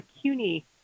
CUNY